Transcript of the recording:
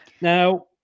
Now